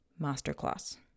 masterclass